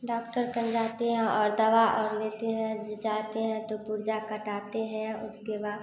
doctor कन जाते हैं और दवा और लेते हैं जाते है तो पुर्जा कटाते हैं उसके बाद